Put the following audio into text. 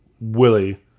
Willie